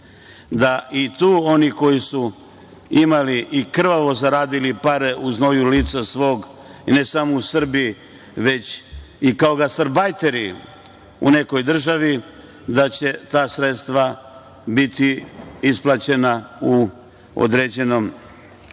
da i tu oni koji su imali i krvavo zaradili pare u znoju lica svog i ne samo u Srbiji, već i kao gastarbajteri u nekoj državi, da će ta sredstva biti isplaćena u određenom vremenskom